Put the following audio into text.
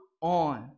on